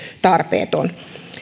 tarpeetonta